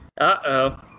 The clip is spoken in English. Uh-oh